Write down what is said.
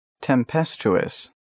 Tempestuous